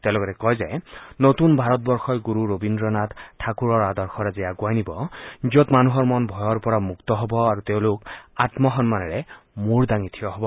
তেওঁ লগতে কয় যে নতুন ভাৰতবৰ্ষই গুৰু ৰবীদ্ৰ নাথ ঠাকুৰৰ আদৰ্শৰাজি আগুৱাই নিব যত মানুহৰ মন ভয়ৰ পৰা মুক্ত হব আৰু তেওঁলোক আন্মসন্মানেৰে মূৰ দাঙি থিয় হব